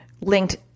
linked